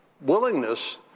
willingness